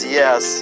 yes